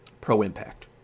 pro-impact